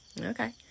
Okay